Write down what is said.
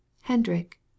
Hendrik